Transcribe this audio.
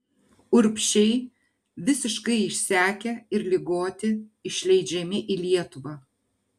urbšiai visiškai išsekę ir ligoti išleidžiami į lietuvą